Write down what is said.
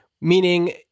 Meaning